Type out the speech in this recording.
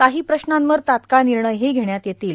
काही प्रश्नांवर तात्काळ निर्णयही घेण्यात येतील